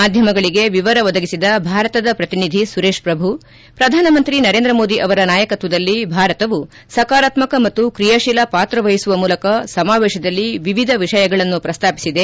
ಮಾಧ್ಲಮಗಳಿಗೆ ವಿವರ ಒದಗಿಸಿದ ಭಾರತದ ಪ್ರತಿನಿಧಿ ಸುರೇಶ್ ಪ್ರಭು ಪ್ರಧಾನಮಂತ್ರಿ ನರೇಂದ್ರ ಮೋದಿ ಅವರ ನಾಯಕತ್ವದಲ್ಲಿ ಭಾರತವು ಸಕಾರಾತ್ಮಕ ಮತ್ತು ಕ್ರಿಯಾಶೀಲ ಪಾತ್ರ ವಹಿಸುವ ಮೂಲಕ ಸಮಾವೇಶದಲ್ಲಿ ವಿವಿಧ ವಿಷಯಗಳನ್ನು ಪ್ರಸ್ತಾಪಿಸಿದೆ